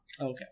Okay